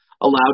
allowed